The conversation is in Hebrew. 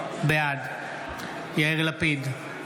בעד יאיר לפיד,